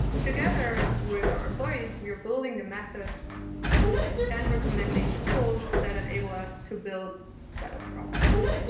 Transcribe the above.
together with our employees, we are building the methods and recommending tools that enable us to build better products.